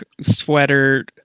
sweater